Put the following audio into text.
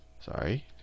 sorry